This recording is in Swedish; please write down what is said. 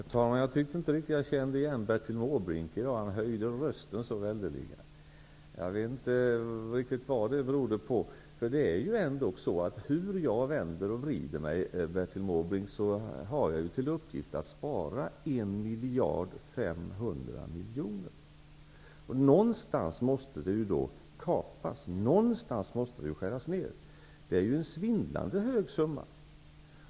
Herr talman! Jag kände inte riktigt igen Bertil Måbrink i dag. Han höjde rösten så väldigt. Jag vet inte riktigt vad det berodde på. Det är ju ändå så att hur jag än vänder och vrider mig, Bertil Måbrink, har jag till uppgift att spara 1 500 miljoner kronor. Någonstans måste det ju skäras ned. Det är en svindlande hög summa.